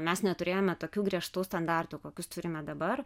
mes neturėjome tokių griežtų standartų kokius turime dabar